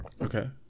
Okay